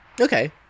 Okay